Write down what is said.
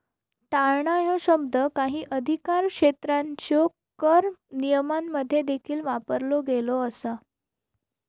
टाळणा ह्यो शब्द काही अधिकारक्षेत्रांच्यो कर नियमांमध्ये देखील वापरलो गेलो असा